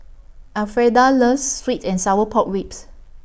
Elfreda loves Sweet and Sour Pork Ribs